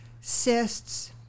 cysts